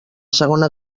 segona